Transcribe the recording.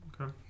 Okay